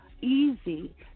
easy